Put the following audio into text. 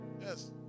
Yes